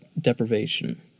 deprivation